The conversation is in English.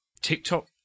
TikTok